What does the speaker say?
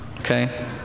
Okay